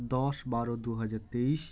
দশ বারো দু হাজার তেইশ